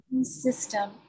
system